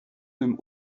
dem